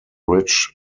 rich